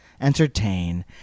entertain